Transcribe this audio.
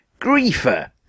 Griefer